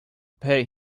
pay